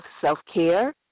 self-care